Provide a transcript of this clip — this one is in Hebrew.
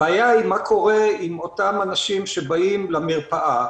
הבעיה היא מה קורה עם אותם אנשים שבאים למרפאה